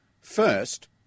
First